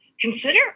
consider